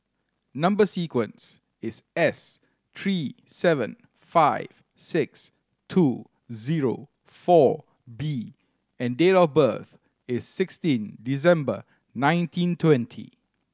number sequence is S three seven five six two zero four B and date of birth is sixteen December nineteen twenty